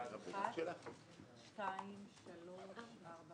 1 ההסתייגות של חברי הכנסת מירב בן ארי,